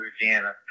Louisiana